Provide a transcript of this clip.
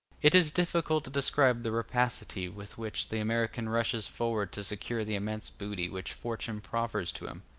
it is difficult to describe the rapacity with which the american rushes forward to secure the immense booty which fortune proffers to him.